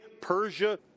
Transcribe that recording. Persia